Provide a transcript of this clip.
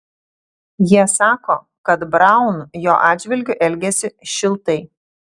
jie sako kad braun jo atžvilgiu elgėsi šiltai